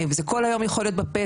זה כל היום יכול להית בפה.